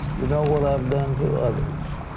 you know what i've done to others.